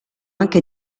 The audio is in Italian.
anche